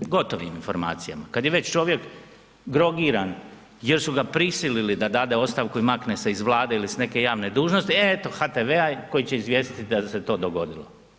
gotovom informacijama, kad je već čovjek drogiran jer su ga prisilili da dade ostavku i makne se iz Vlade ili s neke javne dužnosti, eto HTV-a koji će izvijestiti da se to dogodilo.